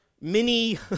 mini